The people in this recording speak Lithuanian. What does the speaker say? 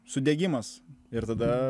sudegimas ir tada